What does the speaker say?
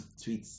tweets